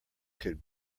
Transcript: could